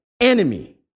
enemy